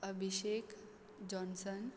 Abhishek Johnson